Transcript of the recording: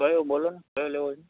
કયો બોલોન કયો લેવો છે